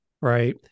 Right